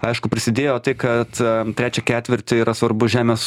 aišku prisidėjo tai kad trečią ketvirtį yra svarbus žemės